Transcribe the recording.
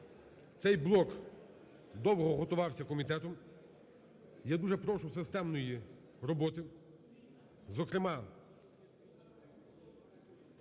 Цей блок довго готувався комітетом. Я дуже прошу системної роботи, зокрема